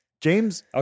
James